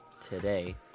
today